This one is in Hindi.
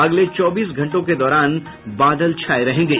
अगले चौबीस घंटों के दौरान बादल छाये रहेंगे